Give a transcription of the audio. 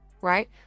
Right